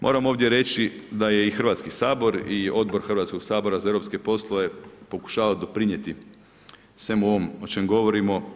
Moram ovdje reći da je i Hrvatski sabor i Odbor Hrvatskog sabora za europske poslove pokušava doprinijeti svemu ovome o čemu govorimo.